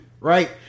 right